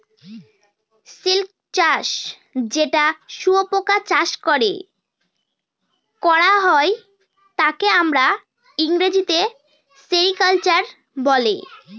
silk চাষ যেটা শুয়োপোকা চাষ করে করা হয় তাকে আমরা ইংরেজিতে সেরিকালচার বলে